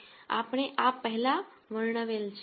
આપણે આ પહેલા વર્ણવેલ છે